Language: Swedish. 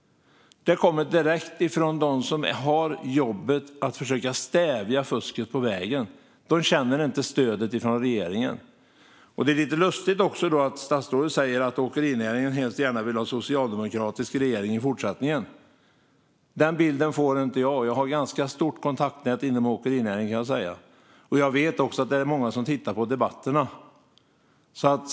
Det kommer direkt från dem som har jobbet att försöka stävja fusket på vägen. De känner inte stödet från regeringen. Det är lite lustigt att statsrådet säger att åkerinäringen helst vill ha en socialdemokratisk regering i fortsättningen. Den bilden får inte jag. Jag har ett ganska stort kontaktnät inom åkerinäringen. Jag vet också att det är många som tittar på debatterna.